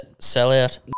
sellout